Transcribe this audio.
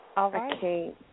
Okay